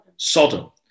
sodom